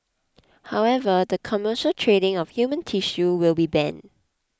however the commercial trading of human tissue will be banned